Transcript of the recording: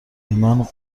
ایمان